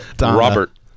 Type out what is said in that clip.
Robert